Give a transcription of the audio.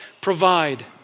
provide